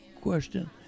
question